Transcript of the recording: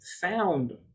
found